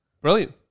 Brilliant